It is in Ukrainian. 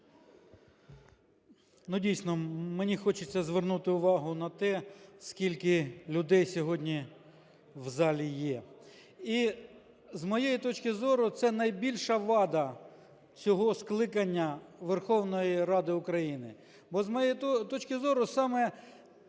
Дійсно, мені хочеться звернути увагу на те, скільки людей сьогодні в залі є. І, з моєї точки зору, це найбільша вада цього скликання Верховної Ради України. Бо, з моєї точки зору, саме